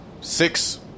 six